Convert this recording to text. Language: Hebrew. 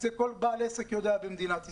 את זה יודע כל בעל עסק במדינת ישראל.